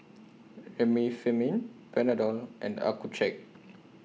Remifemin Panadol and Accucheck